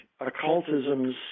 occultisms